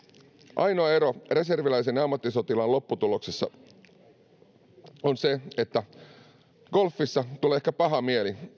ainoa ero reserviläisen ja ammattisotilaan lopputuloksessa on se että kun golfissa tulee ehkä paha mieli